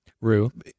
rue